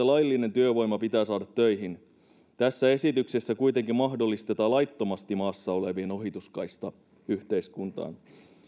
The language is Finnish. laillinen työvoima pitää saada töihin tässä esityksessä kuitenkin mahdollistetaan laittomasti maassa olevien ohituskaista yhteiskuntaan